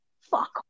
Fuck